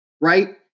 right